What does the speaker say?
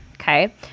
Okay